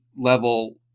level